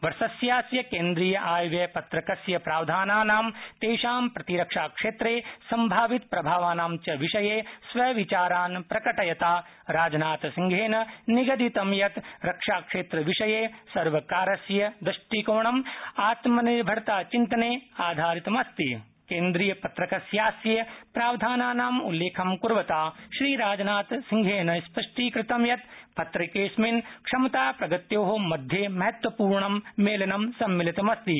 वर्षेस्यास्य केन्द्रीय आय व्यय पत्रकस्य प्रावधानानां तेषां प्रतिरक्षाक्षेत्रे सम्भावितप्रभावानां च विषये स्वविचारान् प्रकटयता राजनाथसिंहेन निगदितं यत् रक्षाक्षेत्रविषये सर्वकारस्य दृष्टिकोणं आत्मनिर्भरता चिन्तने आधारितमस्ति केन्द्रीयपत्रकस्यास्य प्रावधानाना उल्लेखं कुर्वता श्रीराजनाथसिंहेन स्पष्टीकृतं यत् पत्रकेिस्मन् क्षमता प्रगत्यो मध्ये महत्वपूर्ण मेलनं सम्मिलितमस्ति